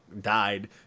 died